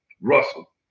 Russell